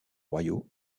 royaux